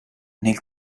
nel